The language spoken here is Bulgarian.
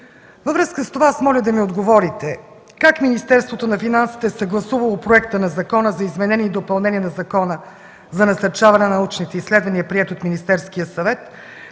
Във връзка с това моля да ми отговорите: как Министерството на финансите е съгласувало Проекта на Закона за изменение и допълнение на Закона за насърчаване на научните изследвания, приет от Министерския съвет